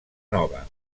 nova